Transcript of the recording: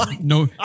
No